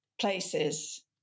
places